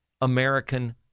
American